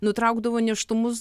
nutraukdavo nėštumus